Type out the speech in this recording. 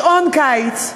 שעון הקיץ,